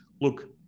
look